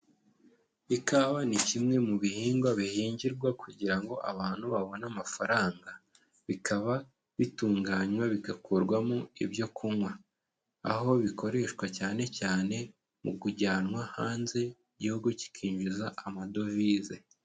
Ikawa ni kimwe mu bihingwa bihingirwa kugira ngo abantu babone amafaranga, bikaba bitunganywa bigakurwamo ibyo kunywa, aho bikoreshwa cyane cyane mu kujyanwa hanze igihugu kikinjiza amadovize.